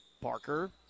Parker